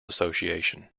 association